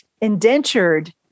indentured